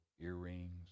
earrings